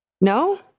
No